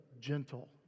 gentle